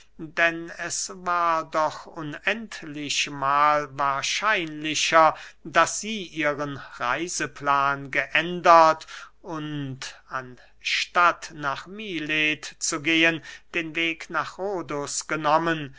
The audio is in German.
denn es war doch unendlichmahl wahrscheinlicher daß sie ihren reiseplan geändert und anstatt nach milet zu gehen den weg nach rhodus genommen